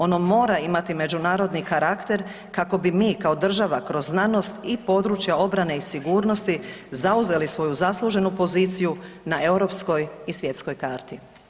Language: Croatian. Ono mora imati međunarodni karakter kako bi mi, kao država, kroz znanost i područja obrane i sigurnosti zauzeli svoju zasluženu poziciju na europskoj i svjetskoj karti.